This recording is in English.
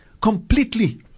Completely